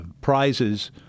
prizes